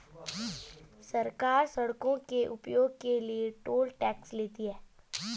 सरकार सड़कों के उपयोग के लिए टोल टैक्स लेती है